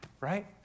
right